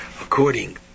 according